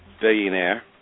billionaire